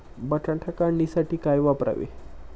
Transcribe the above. बटाटा काढणीसाठी काय वापरावे?